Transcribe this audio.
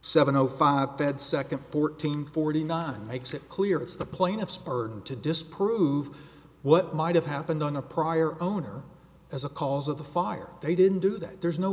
seven o five fed second fourteen forty nine makes it clear it's the plaintiff's burden to disprove what might have happened on a prior owner as a cause of the fire they didn't do that there's no